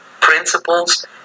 principles